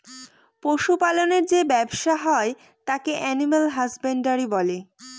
পশু পালনের যে ব্যবসা হয় তাকে এলিম্যাল হাসব্যানডরই বলে